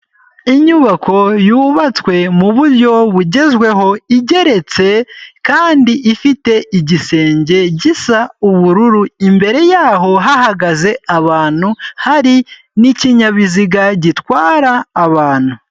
Inyubako yubatswe mu buryo bugezweho, igeretse, kandi ifite igisenge gisa ubururu, imbere yaho hahagaze abantu, hari n'ikinyabiziga, gitwara abantu.